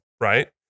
right